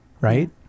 Right